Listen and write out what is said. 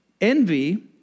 Envy